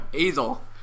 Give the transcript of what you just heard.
Azel